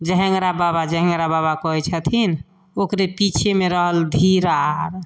जेहेंगरा बाबा जेहेंगरा बाबा कहै छथिन ओकरे पीछेमे रहल धीरा आर